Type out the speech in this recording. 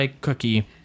cookie